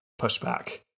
pushback